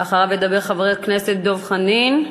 אחריו ידבר חבר הכנסת דב חנין,